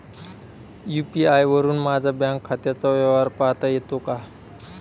UPI वरुन माझ्या bank खात्याचा व्यवहार पाहता येतो का?